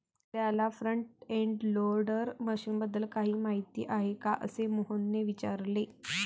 आपल्याला front end loader मशीनबद्दल काही माहिती आहे का, असे मोहनने विचारले?